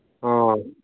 ꯑꯧ